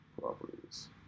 Properties